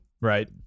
right